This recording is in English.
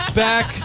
back